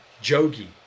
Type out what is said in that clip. Jogi